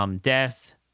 deaths